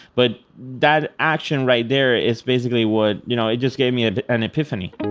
but that action right there is basically what, you know, it just gave me ah an epiphany.